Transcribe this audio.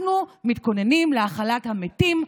אנחנו מתכוננים להכלת המתים,